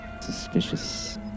Suspicious